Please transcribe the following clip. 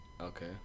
Okay